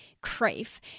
crave